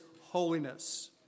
holiness